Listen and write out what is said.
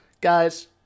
Guys